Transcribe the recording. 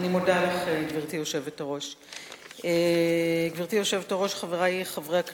גברתי היושבת-ראש, חברי חברי הכנסת,